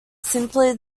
simply